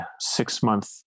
six-month